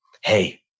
Hey